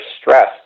stress